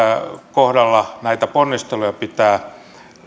kohdalla näitä ponnisteluja pitää